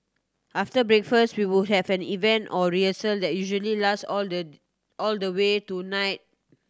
after breakfast we would have an event or rehearsal that usually lasts all the all the way to night